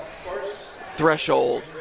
threshold